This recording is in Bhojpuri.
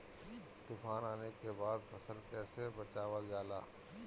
तुफान आने के बाद फसल कैसे बचावल जाला?